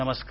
नमस्कार